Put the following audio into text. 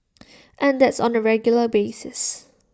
and that's on A regular basis